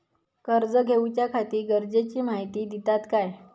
कर्ज घेऊच्याखाती गरजेची माहिती दितात काय?